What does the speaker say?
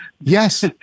Yes